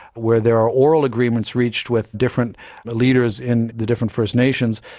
where there are oral agreements reached with different leaders in the different first nations,